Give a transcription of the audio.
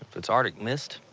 it's arctic mist.